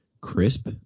crisp